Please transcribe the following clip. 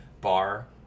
bar